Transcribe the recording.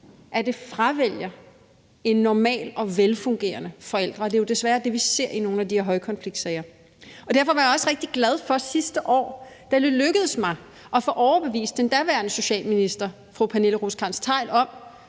at det fravælger en normal og velfungerende forælder. Det er jo desværre det, vi ser i nogle af de her højkonfliktsager. Derfor var jeg også rigtig glad sidste år, da det lykkes mig at få overbevist den daværende socialminister, fru Pernille Rosenkrantz-Theil, om,